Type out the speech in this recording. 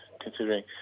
considering